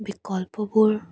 বিকল্পবোৰ